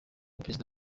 perezida